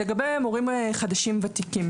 לגבי מורים חדשים וותיקים